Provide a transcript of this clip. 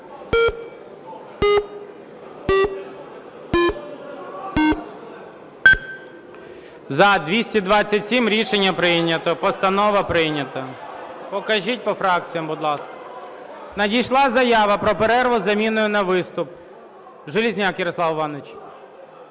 За-227 Рішення прийнято. Постанова прийнята. Покажіть по фракціях, будь ласка. Надійшла заява про перерву з заміною на виступ. Железняк Ярослав Іванович.